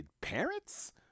parents